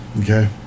Okay